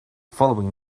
following